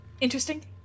interesting